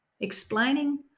explaining